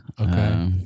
Okay